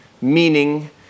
meaning